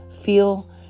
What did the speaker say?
Feel